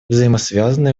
взаимосвязаны